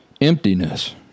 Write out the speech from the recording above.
Emptiness